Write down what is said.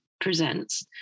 presents